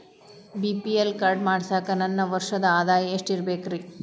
BPL card ಮಾಡ್ಸಾಕ ನನ್ನ ವರ್ಷದ್ ಆದಾಯ ಎಷ್ಟ ಇರಬೇಕ್ರಿ?